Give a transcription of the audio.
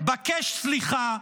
בקש סליחה,